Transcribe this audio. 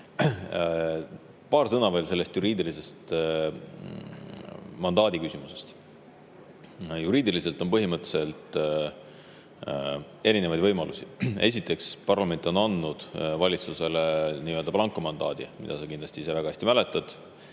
Paar sõna veel sellest juriidilisest mandaadi-küsimusest. Juriidiliselt on põhimõtteliselt erinevaid võimalusi. Esiteks, parlament on andnud valitsusele nii-öelda blankomandaadi, mida sa kindlasti ise väga hästi mäletad.